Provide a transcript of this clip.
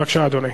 בבקשה, אדוני.